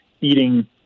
eating